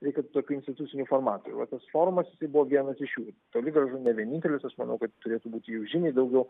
reikia tokių institucinių formatų ir vat tas forumas buvo vienas iš jų toli gražu ne vienintelis aš manau kad turėtų būti jų žymiai daugiau